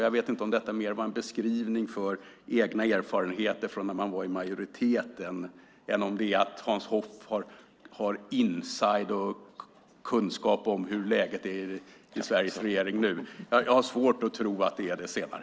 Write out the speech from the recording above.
Jag vet inte om detta var en beskrivning av egna erfarenheter från när man var i majoritet eller om Hans Hoff har insiderkunskap om läget i Sveriges regering. Jag har svårt att tro att det är det senare.